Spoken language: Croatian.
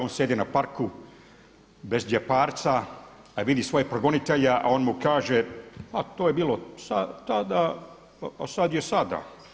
On sjedi na parku bez đeparca, a vidi svojeg progonitelja, a on mu kaže a to je bilo tada, a sad je sada.